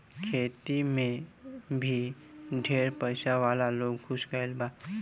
खेती मे भी ढेर पइसा वाला लोग घुस गईल बा